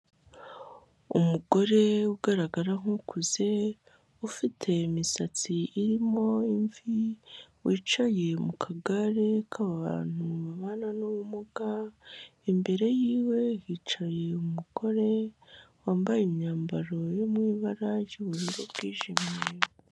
Umugore ugaragara nk'ukuze ufite imisatsi irimo imvi, wicaye mu kagare k'abantu babana n'ubumuga, imbere y'iwe hicaye umugore wambaye imyambaro yo mu ibara ry'ubururu bwijimye.